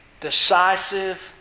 decisive